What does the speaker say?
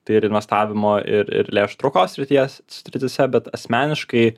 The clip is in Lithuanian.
tai ir investavimo ir ir lešų traukos srities srityse bet asmeniškai